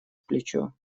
плечо